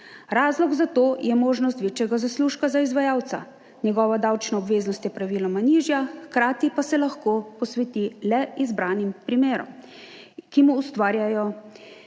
Razlog za to je možnost večjega zaslužka za izvajalca, njegova davčna obveznost je praviloma nižja, hkrati pa se lahko posveti le izbranim primerom, ki mu ustvarjajo